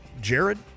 Jared